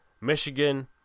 Michigan